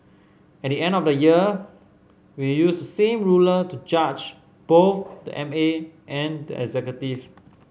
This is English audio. at the end of the year we use the same ruler to judge both the M A and the executive